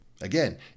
Again